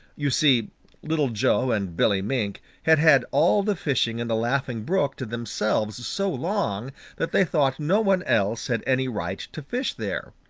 you see little joe and billy mink had had all the fishing in the laughing brook to themselves so long that they thought no one else had any right to fish there.